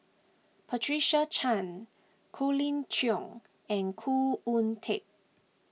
Patricia Chan Colin Cheong and Khoo Oon Teik